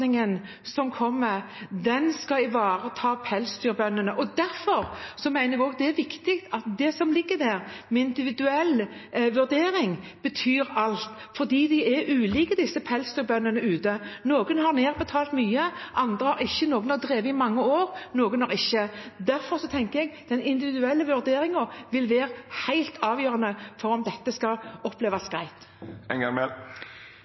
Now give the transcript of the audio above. det er viktig, det som ligger der om individuell vurdering. Det betyr alt, for de er ulike, pelsdyrbøndene der ute. Noen har nedbetalt mye, andre har ikke. Noen har drevet i mange år, noen har ikke. Derfor tenker jeg at den individuelle vurderingen vil være helt avgjørende for om dette skal oppleves greit. Det er bra at statsråden legger opp til en